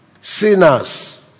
Sinners